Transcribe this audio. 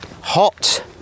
hot